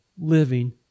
living